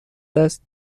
دست